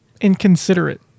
inconsiderate